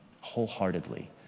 wholeheartedly